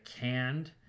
canned